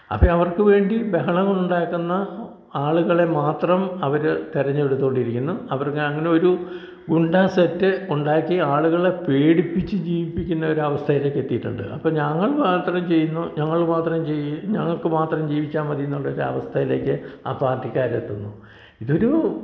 അപ്പം അവർക്കുവേണ്ടി ബഹളം ഉണ്ടാക്കുന്ന ആളുകളെ മാത്രം അവർ തിരഞ്ഞെടുത്തുകൊണ്ടിരിക്കുന്നു അവർക്ക് അങ്ങനെ ഒരു ഗുണ്ട സെറ്റ് ഉണ്ടാക്കി ആളുകളെ പേടിപ്പിച്ച് ജീവിപ്പിക്കുന്ന ഒരു അവസ്ഥയിലേക്ക് എത്തിയിട്ടുണ്ട് അപ്പം ഞങ്ങൾ മാത്രം ചെയ്യുന്നു ഞങ്ങൾ മാത്രം ജീ ഞങ്ങൾക്ക് മാത്രം ജീവിച്ചാൽ മതി എന്നുള്ള ഒരു അവസ്ഥയിലേക്ക് ആ പാർട്ടിക്കാർ എത്തുന്നു ഇതൊരു